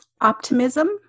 optimism